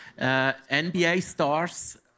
NBA-Stars